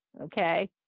Okay